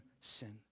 sin